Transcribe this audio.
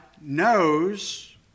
knows